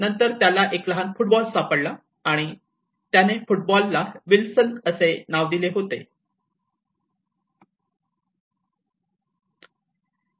नंतर त्याला एक लहान फुटबॉल सापडला आणि त्याने नाव फुटबॉलला विल्सन असे नाव दिले आहे